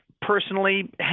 personally